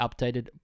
updated